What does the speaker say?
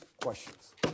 questions